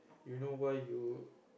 you know why you